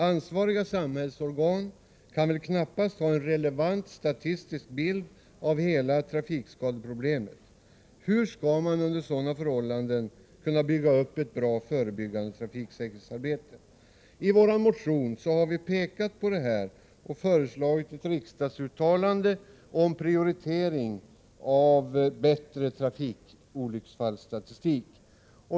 Ansvariga samhällsorgan kan knappast ha en relevant statistisk bild av hela trafikskadeproblemet. Hur skall man under sådana förhållanden kunna bygga upp ett bra förebyggande trafiksäkerhetsarbete? I vår motion har vi pekat på detta och föreslagit ett riksdagsuttalande om prioritering av bättre trafikolycksfallsstatistik.